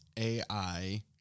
AI